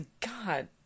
god